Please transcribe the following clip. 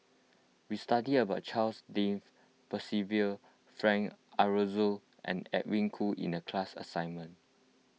we studied about Charles Dyce Percival Frank Aroozoo and Edwin Koo in the class assignment